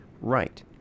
right